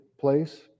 place